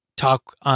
Talk